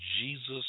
Jesus